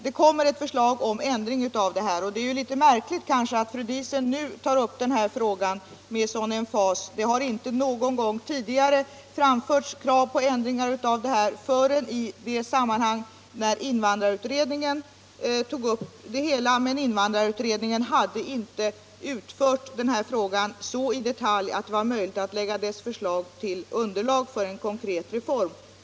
Det kommer att framläggas ett förslag om ändring av denna bestämmelse, och det är därför kanske litet märkligt att fru Diesen nu tar upp denna fråga med en sådan emfas. Det hade inte framförts några krav på ändringar av denna bestämmelse förrän invandrarutredningen gjorde det. Men invandrarutredningen hade inte behandlat denna fråga så i detalj, att det var möjligt att lägga dess förslag till grund för en konkret reform.